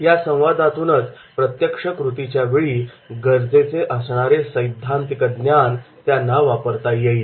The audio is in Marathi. या संवादातूनच प्रत्यक्ष कृतीच्यावेळी गरजेचे असणारे सैद्धांतिक ज्ञान त्यांना वापरता येईल